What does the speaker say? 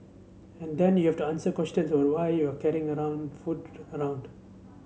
and then you have to answer questions about why you carrying around food around